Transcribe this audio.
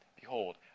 Behold